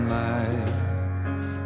life